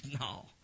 no